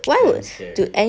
damn scary